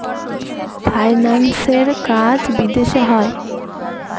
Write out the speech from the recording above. ফাইন্যান্সের কাজ বিদেশে হয়